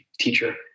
teacher